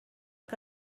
que